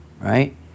right